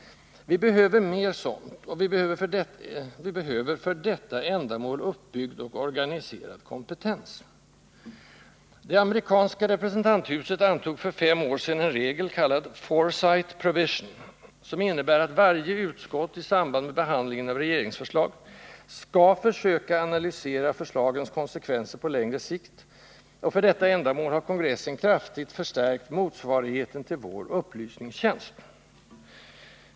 Vi behöver mera sådant, och vi behöver för detta slag av uppgifter uppbyggd och organiserad kompetens. Det amerikanska representanthuset antog för fem år sedan en regel, kallad ”foresight provision”, som innebär att varje utskott i samband med behandlingen av regeringsförslag skall försöka analysera förslagens konsekvenser på längre sikt, och för detta ändamål har kongressen kraftigt förstärkt motsvarigheten till vår upplys ningstjänst.